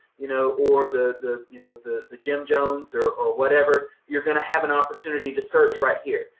you know, or the, you know, the the jim jones or or whatever, you're going to have an opportunity to search right here.